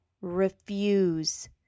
refuse